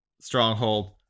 Stronghold